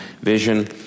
vision